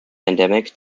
endemic